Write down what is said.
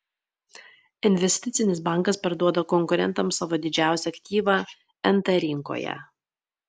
investicinis bankas parduoda konkurentams savo didžiausią aktyvą nt rinkoje